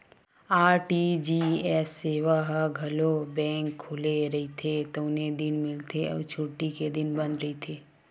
RTGS सेवा ह घलो बेंक खुले रहिथे तउने दिन मिलथे अउ छुट्टी के दिन बंद रहिथे